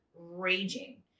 raging